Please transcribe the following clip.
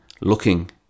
looking